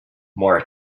more